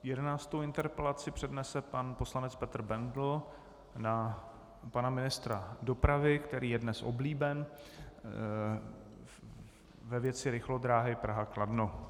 Jedenáctou interpelaci přednese pan poslanec Petr Bendl na pana ministra dopravy, který je dnes oblíben, ve věci rychlodráhy PrahaKladno.